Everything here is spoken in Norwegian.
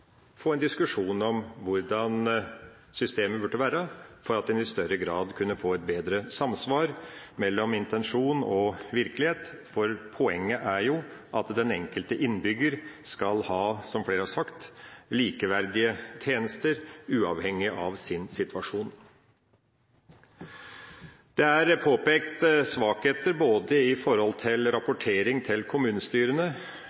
få en diskusjon om hvordan systemet burde være for at en i større grad kunne få et bedre samsvar mellom intensjon og virkelighet. Poenget er jo at den enkelte innbygger skal ha, som flere har sagt, likeverdige tjenester uavhengig av sin situasjon. Det er påpekt svakheter både når det gjelder rapportering til